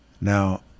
Now